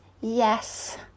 yes